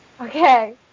Okay